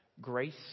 Grace